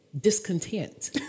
discontent